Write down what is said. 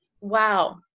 wow